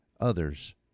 others